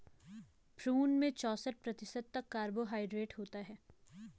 prune में चौसठ प्रतिशत तक कार्बोहायड्रेट होता है